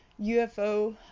UFO